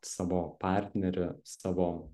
savo partnerį savo